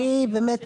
אני באמת